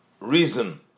reason